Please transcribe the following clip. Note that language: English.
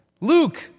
Luke